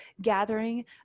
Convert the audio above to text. gathering